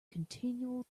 continual